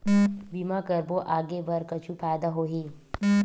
बीमा करबो आगे बर कुछु फ़ायदा होही?